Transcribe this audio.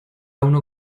uno